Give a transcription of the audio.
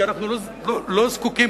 כי אנחנו לא זקוקים,